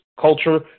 culture